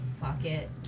pocket